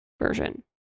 version